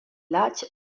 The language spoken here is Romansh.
latg